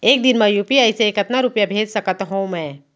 एक दिन म यू.पी.आई से कतना रुपिया भेज सकत हो मैं?